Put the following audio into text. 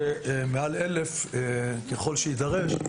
ומעל 1,000 נרחיב ככל שיידרש.